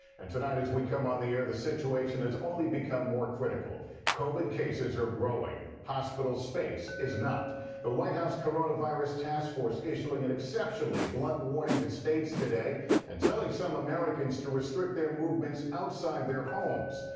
and tonight as we come on the air the situation is only become more critical covid cases are growing, hospital space is not the white house coronavirus task force issuing an exceptionally blunt warning to states today and telling some americans americans to restrict their movements outside their homes.